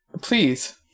Please